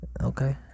Okay